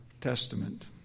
Testament